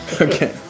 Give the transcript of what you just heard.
Okay